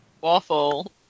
Waffle